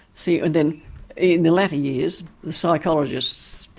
so and then in the latter years the psychologists,